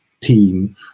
team